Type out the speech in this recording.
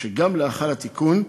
גם לאחר התיקון,